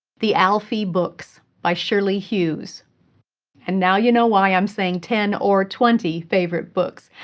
the alfie books by shirley hughes and now you know why i'm saying ten or twenty favorite books,